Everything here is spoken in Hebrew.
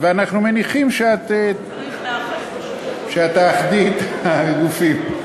ואנחנו מניחים שאת, תאחדי את הגופים.